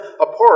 apart